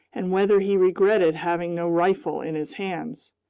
and whether he regretted having no rifle in his hands.